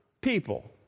people